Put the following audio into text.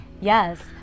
Yes